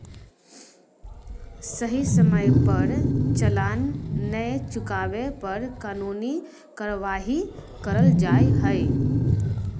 सही समय पर चालान नय चुकावे पर कानूनी कार्यवाही करल जा हय